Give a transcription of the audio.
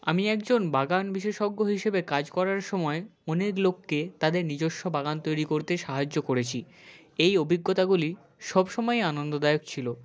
আমি একজন বাগান বিশেষজ্ঞ হিসেবে কাজ করার সময় অনেক লোককে তাদের নিজস্ব বাগান তৈরি করতে সাহায্য করেছি এই অভিজ্ঞতাগুলি সব সময় আনন্দদায়ক ছিলো